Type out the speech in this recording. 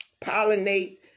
pollinate